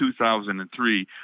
2003